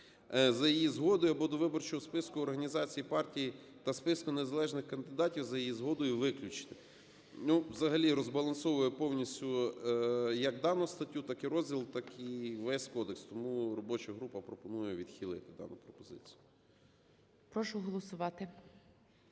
за її згодою, або до виборчого списку організації партії та списку незалежних кандидатів за її згодою" виключити. Ну, взагалі розбалансовує повністю як дану статтю, так і розділ, так і весь кодекс. Тому робоча група пропонує відхилити дану пропозицію.